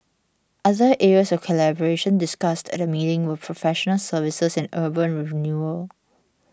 other areas of collaboration discussed at the meeting were professional services and urban renewal